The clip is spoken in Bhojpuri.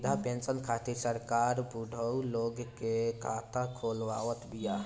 वृद्धा पेंसन खातिर सरकार बुढ़उ लोग के खाता खोलवावत बिया